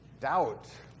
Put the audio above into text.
doubt